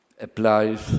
applies